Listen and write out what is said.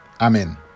Amen